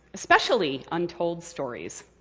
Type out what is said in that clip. especially untold stories.